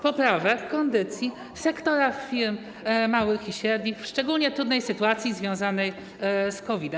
poprawę kondycji sektora firm małych i średnich w szczególnie trudnej sytuacji związanej z COVID-em.